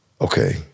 okay